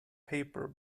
paper